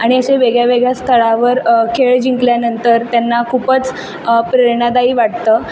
आणि असे वेगळ्यावेगळ्या स्तरावर खेळ जिंकल्यानंतर त्यांना खूपच प्रेरणादायी वाटतं